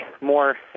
more